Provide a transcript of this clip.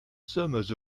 sommes